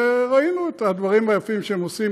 וראינו את הדברים היפים שהם עושים,